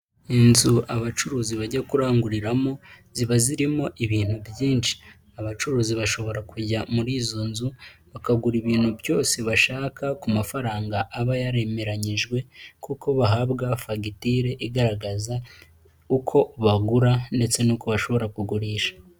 Inzu abacuruzi bajya kuranguriramo ziba zirimo ibintu byinshi. Abacuruzi bashobora kujya muri izo nzu bakagura ibintu byose bashaka ku mafaranga aba yaremeranyijwe kuko bahabwa fagitire igaragaza uko bagura ndetse n'uko bashobora kugurisha.